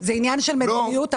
זה עניין של מדיניות.